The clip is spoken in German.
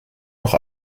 noch